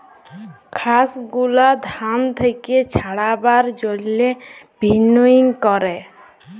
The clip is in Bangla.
খসা গুলা ধান থেক্যে ছাড়াবার জন্হে ভিন্নউইং ক্যরে